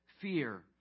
fear